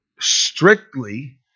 strictly